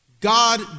God